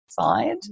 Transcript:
side